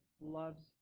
loves